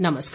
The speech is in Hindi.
नमस्कार